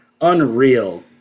Unreal